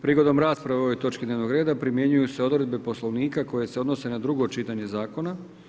Prigodom rasprave o ovoj točci dnevnog reda primjenjuju se odredbe Poslovnika koje se odnose na drugo čitanje Zakona.